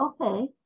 okay